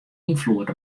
ynfloed